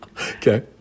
Okay